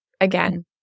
again